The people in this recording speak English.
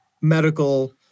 medical